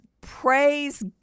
praise